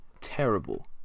terrible